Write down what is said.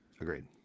Agreed